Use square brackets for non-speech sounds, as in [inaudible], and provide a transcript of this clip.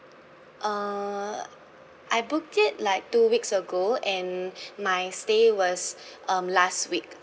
uh I booked it like two weeks ago and [breath] my stay was um last week